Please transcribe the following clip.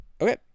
Okay